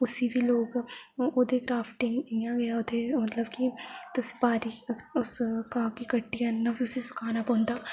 उस्सी बी लोग ओह्दी क्राफटिंग इ'यां गै ओह्दे मतलव कि तुस बारी गी घा गी कट्टिये आह्न्ना फ्ही उस्सी सकाना पौंदा फ्ही